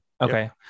Okay